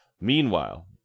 meanwhile